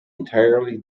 entirely